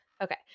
Okay